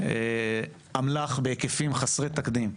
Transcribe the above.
אמל"ח בהיקפים חסרי תקדים,